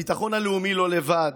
הביטחון הלאומי לא לבד.